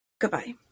goodbye